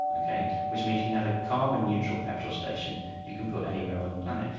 ok? which means you can have a carbon-neutral petrol station you can put anywhere on the planet.